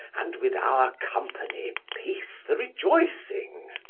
and with our company piece the rejoicing?